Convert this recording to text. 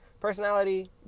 Personality